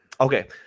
Okay